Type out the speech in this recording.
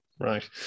Right